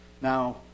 Now